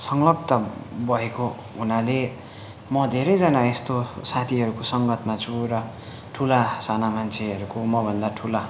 संलग्नता भएको हुनाले म धेरैजना यस्तो साथीहरूको सङ्गतमा छु र ठुला साना मान्छेहरूको मभन्दा ठुला